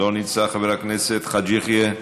לא נמצא, חבר הכנסת חאג' יחיא,